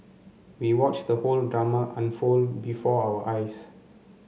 we watched the whole drama unfold before our eyes